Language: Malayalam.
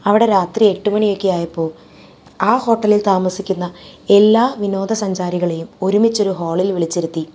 അവിടെ രാത്രി എട്ടുമണിയൊക്കെ ആയപ്പോൾ ആ ഹോട്ടലിൽ താമസിക്കുന്ന എല്ലാ വിനോദസഞ്ചാരികളെയും ഒരുമിച്ചൊരു ഹോളിൽ വിളിച്ചിരുത്തി